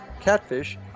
catfish